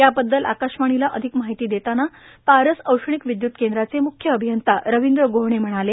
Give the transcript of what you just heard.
याबद्दल आकाश्रवाणीला अधिक माहिती देतांना पारस औरिंणक विद्युत केंद्राचे मुख्य अभियंता रविंद गोहणे म्हणाले